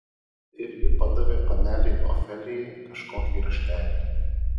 ir ji padavė panelei ofelijai kažkokį raštelį